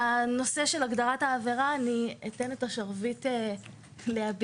בנושא של הגדרת העבירה אני אתן את השרביט לעביר,